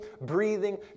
breathing